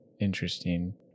Interesting